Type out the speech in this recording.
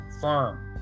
firm